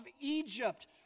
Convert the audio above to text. Egypt